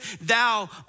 thou